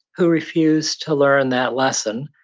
who refused to learn that lesson.